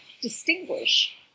distinguish